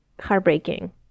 heartbreaking